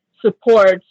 supports